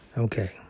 Okay